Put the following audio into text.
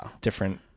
Different